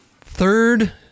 Third